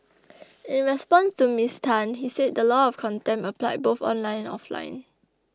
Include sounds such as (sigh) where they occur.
(noise) in response to Miss Tan he said the law of contempt applied both online and offline